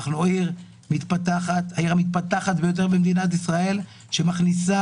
אנחנו העיר המתפתחת ביותר במדינת ישראל שמכניסה